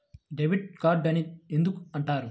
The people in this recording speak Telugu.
డెబిట్ కార్డు అని ఎందుకు అంటారు?